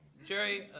jerry,